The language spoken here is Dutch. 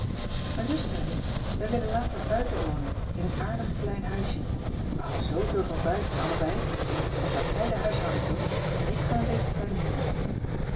mijn zuster en ik we willen later buiten wonen in een aardig klein huisje we houden zooveel van buiten allebei dan gaat zij de huishouding doen en ik ga een beetje tuinieren